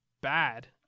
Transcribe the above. Bad